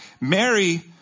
Mary